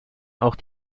auch